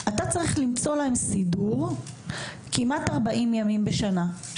אתה צריך למצוא להם סידור כמעט 40 ימים בשנה,